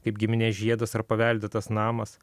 kaip giminės žiedas ar paveldėtas namas